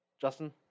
Justin